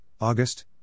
August